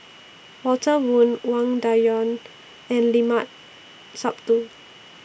Walter Woon Wang Dayuan and Limat Sabtu